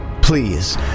Please